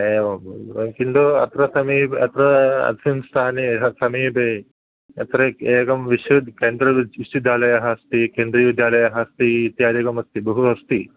एवं किन्तु अत्र समीपे अत्र अस्मिन् स्थाने समीपे अत्र एकं विश्वद् सेन्ट्रल् विश्वविद्यालयः अस्ति केन्द्रीयविद्यालयः अस्ति इत्यादिकमस्ति बहु अस्ति